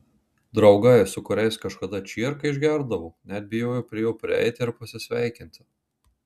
draugai su kuriais kažkada čierką išgerdavo net bijojo prie jo prieiti ir pasisveikinti